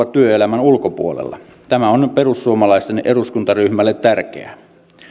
työelämän ulkopuolella tämä on perussuomalaisten eduskuntaryhmälle tärkeää